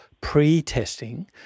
pre-testing